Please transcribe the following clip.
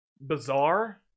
bizarre